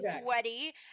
sweaty